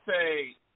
say